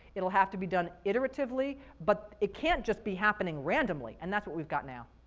it'll have to be done iteratively, but it can't just be happening randomly, and that's what we've got now.